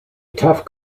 tough